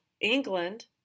England